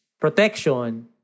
protection